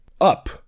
up